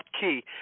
key